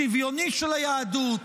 שוויוני של היהדות,